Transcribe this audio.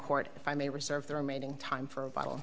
court if i may reserve the remaining time for a bottle